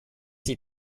sie